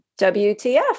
WTF